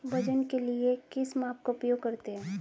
वजन के लिए किस माप का उपयोग करते हैं?